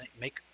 make